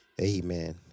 amen